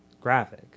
graphic